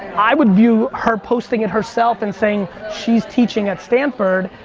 i would view her posting it herself and saying she's teaching at stamford,